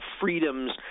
freedoms